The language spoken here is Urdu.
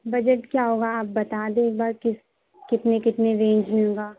بجٹ کیا ہوگا آپ بتا دے ایک بار کہ کتنے کتنے رینج میں ہوگا